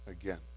again